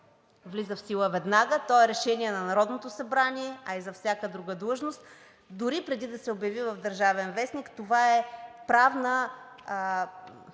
влиза в сила веднага, то е решение на Народното събрание, а и за всяка друга длъжност, дори преди да се обяви в „Държавен вестник“, това е правна